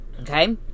okay